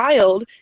child